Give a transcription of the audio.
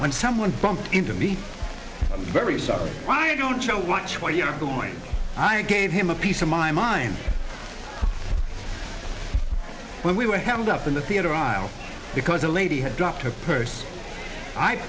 when someone bumped into me very softly why don't you watch what you're doing i gave him a piece of my mind when we were held up in the theater aisle because a lady had dropped her purse i